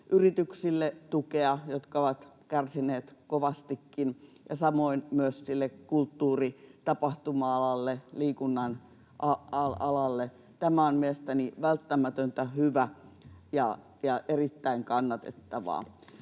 yrityksille, jotka ovat kärsineet kovastikin, myös sille kulttuuri- ja tapahtuma-alalle, liikunnan alalle. Tämä on mielestäni välttämätöntä, hyvä ja erittäin kannatettavaa.